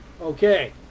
okay